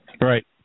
Right